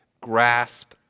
grasp